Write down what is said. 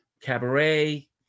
cabaret